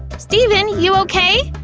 steven? you okay?